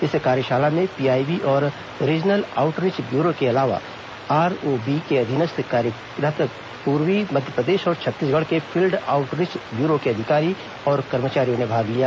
इस कार्यशाला में पीआईबी और रीजनल आऊटरीच ब्यूरो के अलावा आरओबी के अधीनस्थ कार्यरत् पूर्वी मध्यप्रदेश और छत्तीसगढ़ के फील्ड आऊटरीच ब्यूरो के अधिकारी और कर्मचारियों ने भाग लिया